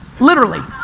literally.